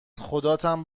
خداتم